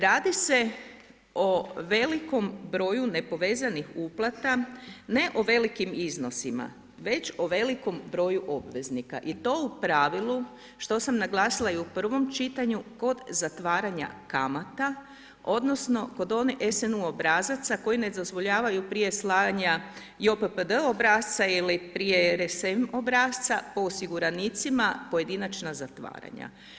Radi se o velikom broju nepovezanih uplata, ne o velikim iznosima, već o velikom broju obveznika i to u pravilu, što sam naglasila i u prvom čitanju, kod zatvaranja kamata, odnosno kod onog SNU obrazaca koji ne dozvoljavaju prije slanja JOPPD obrasca ili prije RESEN obrasca po osiguranicima pojedinačna zatvaranja.